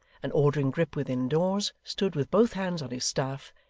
and ordering grip within doors, stood with both hands on his staff,